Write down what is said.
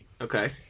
Okay